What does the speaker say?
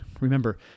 Remember